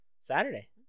Saturday